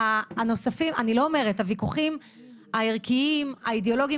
לא אמרתי לא לנהל את הוויכוחים הערכיים האידיאולוגיים